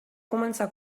començar